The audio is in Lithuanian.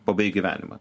pabaigt gyvenimą